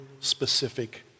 specific